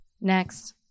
Next